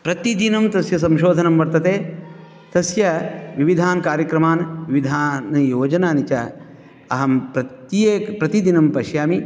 प्रतिदिनं तस्य संशोधनं वर्तते तस्य विविधान् कार्यक्रमान् विधान् योजननि च अहं प्रत्येकं प्रतिदिनं पश्यामि